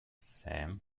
sam